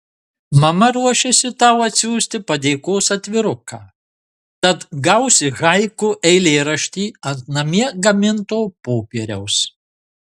mama ruošiasi tau atsiųsti padėkos atviruką tad gausi haiku eilėraštį ant namie gaminto popieriaus